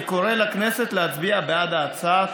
אני קורא לכנסת להצביע בעד ההצעה.